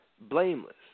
blameless